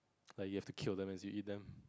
like you have to kill them as you eat them